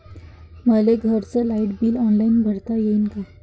मले घरचं light bill online भरता येईन का?